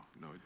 no